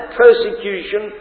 persecution